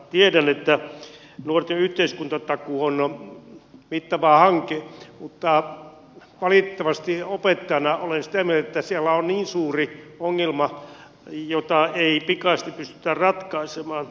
tiedän että nuorten yhteiskuntatakuu on mittava hanke mutta opettajana olen valitettavasti sitä mieltä että siellä on niin suuri ongelma että sitä ei pikaisesti pystytä ratkaisemaan